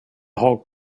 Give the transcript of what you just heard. hog